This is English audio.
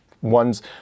Ones